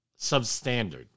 substandard